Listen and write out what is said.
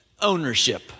ownership